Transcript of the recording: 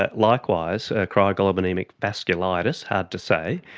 ah likewise, cryoglobulinemic vasculitis, hard to say,